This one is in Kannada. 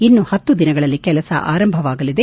ಇನ್ನು ಪತ್ತು ದಿನಗಳಲ್ಲಿ ಕೆಲಸ ಆರಂಭವಾಗಲಿದೆ